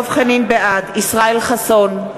בעד ישראל חסון,